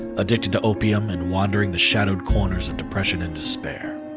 addicted to opium and wondering the shadowed corners of depression and despair.